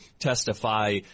testify